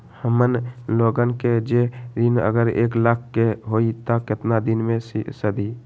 हमन लोगन के जे ऋन अगर एक लाख के होई त केतना दिन मे सधी?